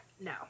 no